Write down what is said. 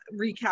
recap